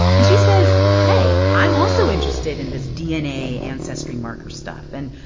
and she says, hey, i'm also interested in this dna ancestry marker stuff. and,